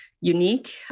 unique